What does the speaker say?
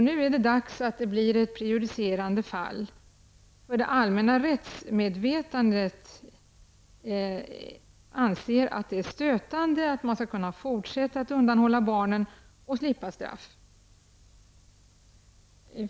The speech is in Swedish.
Nu är det dags att det blir ett prejudicerande fall. För det allmänna rättsmedvetandet är det stötande att man skall kunna fortsätta att undanhålla barnen och slippa straff.